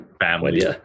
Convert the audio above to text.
family